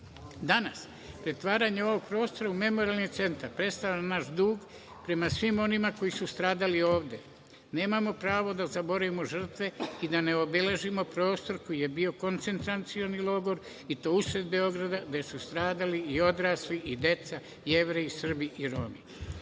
način. Danas, pretvaranjem ovog prostora u Memorijalni centar predstavlja naš dug prema svima onima koji su stradali ovde. Nemamo pravo da zaboravimo žrtve, i da ne obeležimo prostor koji je bio koncentracioni logor, i to usred Beograda, gde su stradali i odrasli i deca i Jevreji i Srbi